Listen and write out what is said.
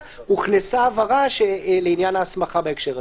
הוכנסה הבהרה לעניין ההסמכה בהקשר הזה.